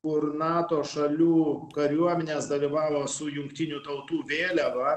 kur nato šalių kariuomenės dalyvavo su jungtinių tautų vėliava